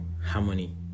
harmony